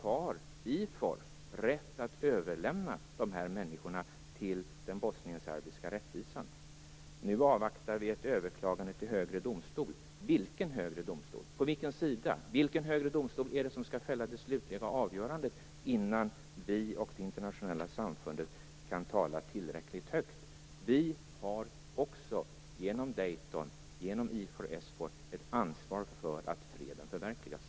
Har IFOR rätt att överlämna dessa människorna till den bosnienserbiska rättvisan? Nu avvaktar vi ett överklagande till högre domstol. Vilken högre domstol? På vilken sida? Vilken högre domstol är det som skall fälla det slutliga avgörandet innan vi och det internationella samfundet kan tala tillräckligt högt? Vi har också genom Dayton, genom IFOR/SFOR ett ansvar för att freden förverkligas.